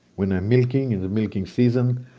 when i'm milking in the milking season,